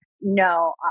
No